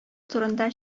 турында